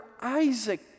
Isaac